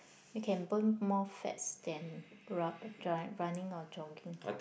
you can burn more fats than run running or jogging